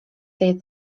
tej